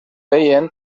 veien